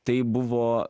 tai buvo